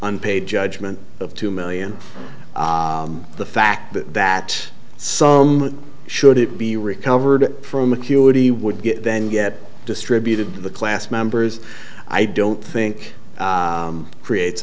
unpaid judgment of two million the fact that some should it be recovered from acuity would get then get distributed to the class members i don't think creates